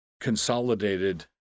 consolidated